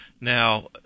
Now